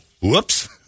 whoops